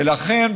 ולכן,